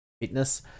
fitness